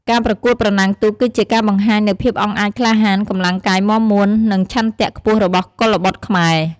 ការប្រកួតប្រណាំងទូកគឺជាការបង្ហាញនូវភាពអង់អាចក្លាហាន កម្លាំងកាយមាំមួន និងឆន្ទៈខ្ពស់របស់កុលបុត្រខ្មែរ។